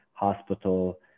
hospital